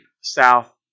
South